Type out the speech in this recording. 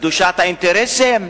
קדושת האינטרסים?